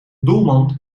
doelman